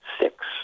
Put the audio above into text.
six